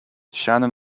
shannon